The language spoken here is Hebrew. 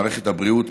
מערכת הבריאות,